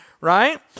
Right